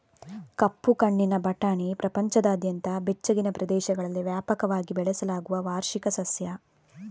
ಕಪ್ಪು ಕಣ್ಣಿನ ಬಟಾಣಿ ಪ್ರಪಂಚದಾದ್ಯಂತ ಬೆಚ್ಚಗಿನ ಪ್ರದೇಶಗಳಲ್ಲಿ ವ್ಯಾಪಕವಾಗಿ ಬೆಳೆಸಲಾಗುವ ವಾರ್ಷಿಕ ಸಸ್ಯ